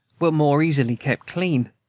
were more easily kept clean.